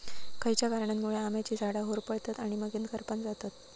खयच्या कारणांमुळे आम्याची झाडा होरपळतत आणि मगेन करपान जातत?